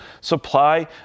supply